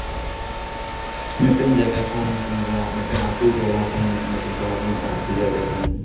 ᱢᱤᱫᱴᱮᱱ ᱡᱟᱭᱜᱟ ᱠᱷᱚᱱ ᱠᱤᱝᱵᱟ ᱢᱮᱫᱴᱮᱱ ᱟᱛᱳ ᱴᱚᱞᱟ ᱠᱷᱮᱱ ᱢᱤᱫᱴᱮᱱ ᱟᱛᱳ ᱡᱟᱭᱜᱟ ᱠᱷᱚᱱ